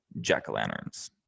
jack-o'-lanterns